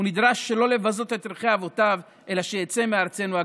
נדרש שלא לבזות את ערכי אבותיו אלא שיצא מארצנו הקדושה.